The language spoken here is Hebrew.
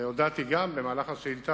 והודעתי גם במענה על השאילתא,